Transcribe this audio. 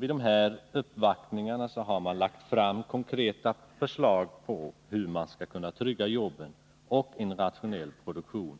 Vid dessa uppvaktningar har man lagt fram konkreta förslag på hur man skall kunna trygga jobben och en rationell produktion